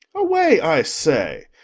away, i say!